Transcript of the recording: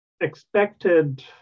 expected